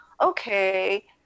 okay